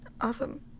Awesome